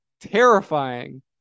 Terrifying